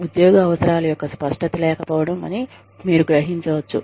ఉద్యోగ అవసరాల యొక్క స్పష్టత లేకపోవడం అని మీరు గ్రహించవచ్చు